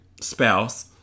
spouse